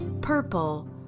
purple